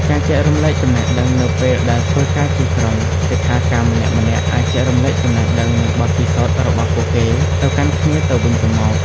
ការចែករំលែកចំណេះដឹង នៅពេលដែលធ្វើការជាក្រុម សិក្ខាកាមម្នាក់ៗអាចចែករំលែកចំណេះដឹង និងបទពិសោធន៍របស់ពួកគេទៅកាន់គ្នាទៅវិញទៅមក។